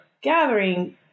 gathering